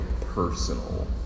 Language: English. personal